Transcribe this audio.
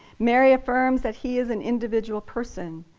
mary affirms that he is an individual person,